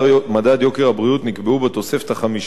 בתוספת החמישית לחוק ביטוח בריאות ממלכתי.